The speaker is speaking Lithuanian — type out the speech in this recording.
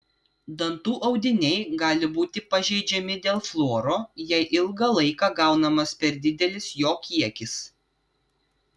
dantų audiniai gali būti pažeidžiami dėl fluoro jei ilgą laiką gaunamas per didelis jo kiekis